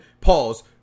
pause